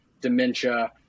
dementia